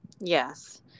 Yes